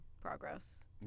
progress